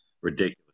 ridiculous